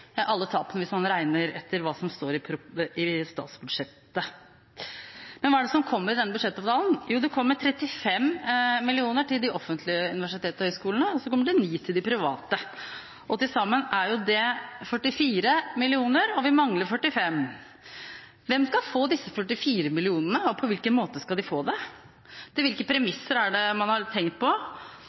alle tapene, hvis man regner etter hva som står i statsbudsjettet. Men hva er det som kommer i denne budsjettavtalen? Jo, det kommer 35 mill. kr til de offentlige universitetene og høyskolene og 9 mill. kr til de private. Til sammen er det 44 mill. kr, og vi mangler 45 mill. kr. Hvem skal få disse 44 mill. kr, og på hvilken måte skal de få dem? Hvilke premisser er det man har tenkt på?